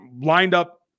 lined-up